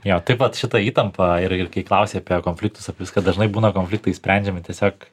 jo taip pat šita įtampa ir ir kai klausi apie konfliktus apie viską dažnai būna konfliktai išsprendžiami tiesiog